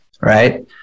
right